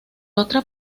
otra